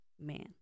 man